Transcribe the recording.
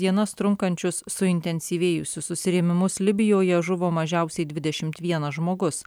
dienas trunkančius suintensyvėjusius susirėmimus libijoje žuvo mažiausiai dvidešimt vienas žmogus